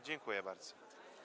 Dziękuję bardzo.